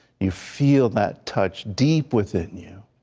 you feel that touch deep within you,